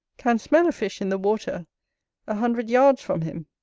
can smell a fish in the water a hundred yards from him